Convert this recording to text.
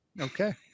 Okay